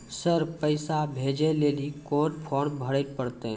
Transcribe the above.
Sir पैसा भेजै लेली कोन फॉर्म भरे परतै?